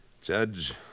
Judge